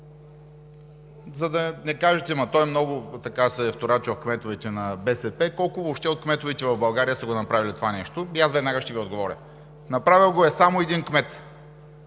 За да не кажете: ама той много се е вторачил в кметовете на БСП, колко въобще от кметовете в България са го направили това нещо? И аз веднага ще Ви отговоря: направил го е само един кмет,